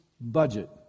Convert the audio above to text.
budget